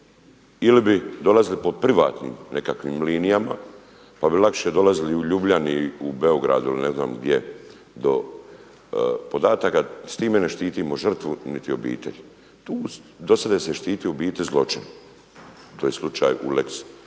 ili bi dolazili po privatnim nekakvim linijama pa bi lakše dolazili u Ljubljani, u Beogradu ili ne znam gdje do podataka, s time ne štitimo žrtvu niti obitelj. Do sada je se štitio u biti zločin, to je slučaj u lex